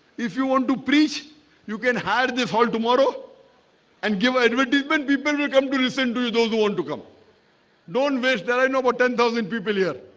if you want to preach you can hire this fall tomorrow and give advertisement people will come to listen to you those who want to come don't wish that i know about ten thousand people here.